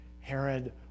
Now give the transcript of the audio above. Herod